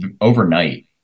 overnight